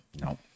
No